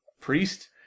priest